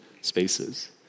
spaces